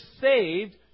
saved